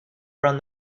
around